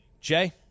Jay